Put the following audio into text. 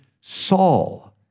Saul